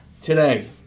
today